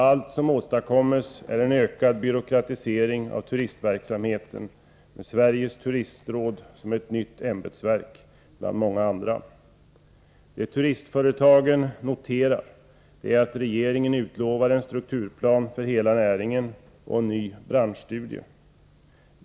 Allt som åstadkommes är en ökad byråkratisering av turistverksamheten, med Sveriges Turistråd som ett nytt ämbetsverk bland många andra. Det turistföretagen noterar är att regeringen utlovar en strukturplan för hela näringen och en ny branschstudie.